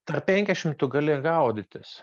tarp penkiasdešimt tu gali gaudytis